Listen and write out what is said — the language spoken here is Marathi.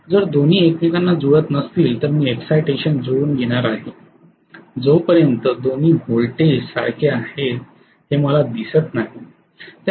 जर दोन्ही एकमेकांना जुळत नसतील तर मी एक्साईटेशन जुळवून घेणार आहे जोपर्यंत दोन्ही व्होल्टेज सारखेच आहेत हे मला दिसत नाही